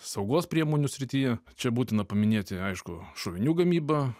saugos priemonių srityje čia būtina paminėti aišku šovinių gamybą